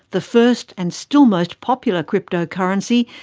the first and still most popular crypto currency,